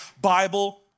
Bible